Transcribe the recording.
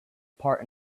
part